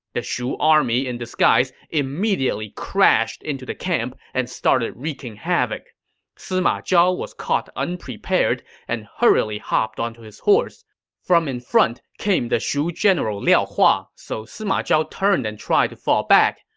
the shu army in disguise immediately crashed into the camp and started wreaking havoc sima zhao was caught unprepared and hurriedly hopped onto his horse. but from in front came the shu general liao hua. so sima zhao turned and tried to fall back.